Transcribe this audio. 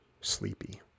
sleepy